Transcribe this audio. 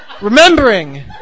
Remembering